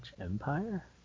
Empire